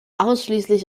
ausschließlich